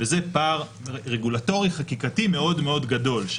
וזה פער רגולטורי חקיקתי מאוד מאוד גדול.